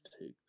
take